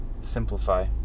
simplify